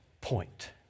point